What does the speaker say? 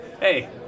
Hey